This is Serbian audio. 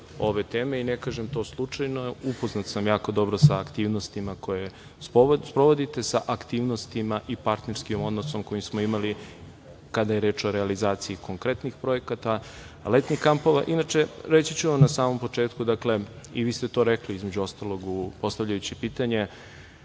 ove teme i ne kažem to slučajno. Upoznat sam jako dobro sa aktivnostima koje sprovodite, sa aktivnostima i partnerskim odnosom koji smo imali kada je reč o realizaciji konkretnih projekata letnjih kampova. Inače, reći ću vam na samom početku, dakle, i vi ste to rekli između ostalog, postavljajući pitanje,